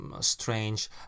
strange